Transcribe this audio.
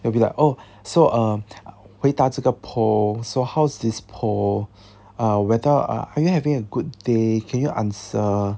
it'll be like oh so um 回答这个 poll so how's this poll ah whether uh are you having a good day can you answer